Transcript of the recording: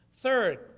Third